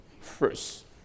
first